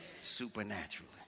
supernaturally